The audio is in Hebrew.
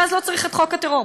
ואז לא צריך את חוק הטרור,